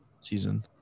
season